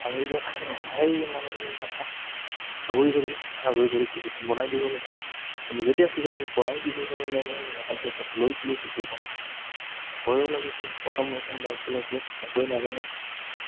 ভাঙি যোৱাত সেই মানুহজনে আমাক আগুৰি ধৰিল আগুৰি ধৰি চাইকেলখন বনাই দিব লাগে কিন্তু যেতিয়া চাইকেলখন বনাই দিবৰ কাৰণে মই মেকানিকৰ তাত লৈ গ'লোঁ চাইকেলখন ভয়ো লাগিছিল প্ৰথম প্ৰথম বাইক চলাইছোঁ একোৱেই নাজানো